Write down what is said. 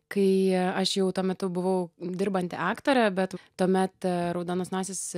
kai aš jau tuo metu buvau dirbanti aktorė bet tuomet raudonos nosys